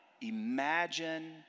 imagine